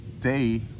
day